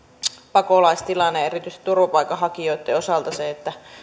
pakolaistilanne ja erityisesti turvapaikkahakijoitten osalta se että